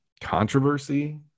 controversy –